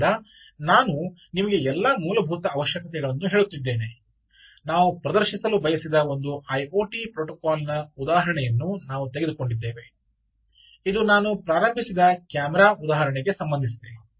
ಆದ್ದರಿಂದ ನಾನು ನಿಮಗೆ ಎಲ್ಲಾ ಮೂಲಭೂತ ಅವಶ್ಯಕತೆಗಳನ್ನು ಹೇಳುತ್ತಿದ್ದೇನೆ ನಾವು ಪ್ರದರ್ಶಿಸಲು ಬಯಸಿದ ಒಂದು ಐಒಟಿ ಪ್ರೋಟೋಕಾಲ್ನ ಉದಾಹರಣೆಯನ್ನು ನಾವು ತೆಗೆದುಕೊಂಡಿದ್ದೇವೆ ಇದು ನಾನು ಪ್ರಾರಂಭಿಸಿದ ಕ್ಯಾಮೆರಾ ಉದಾಹರಣೆಗೆ ಸಂಬಂಧಿಸಿದೆ